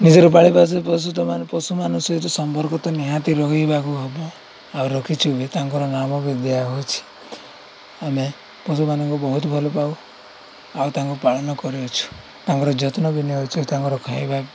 ନିଜର ପାଳିବାସ ପଶୁମାନଙ୍କ ସହିତ ସମ୍ପର୍କ ତ ନିହାତି ରହିବାକୁ ହବ ଆଉ ରଖିଛୁ ବି ତାଙ୍କର ନାମ ବି ଦିଆହେଉଛି ଆମେ ପଶୁମାନଙ୍କୁ ବହୁତ ଭଲ ପାଉ ଆଉ ତାଙ୍କୁ ପାଳନ କରିଅଛୁ ତାଙ୍କର ଯତ୍ନ ବି ନେଉଛୁ ତାଙ୍କର ଖାଇବା